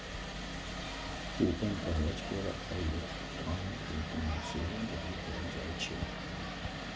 coupon कागज केर आ इलेक्ट्रॉनिक रूप मे सेहो जारी कैल जाइ छै